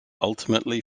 ultimately